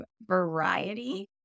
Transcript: variety